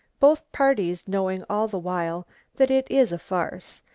both parties knowing all the while that it is a farce,